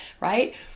right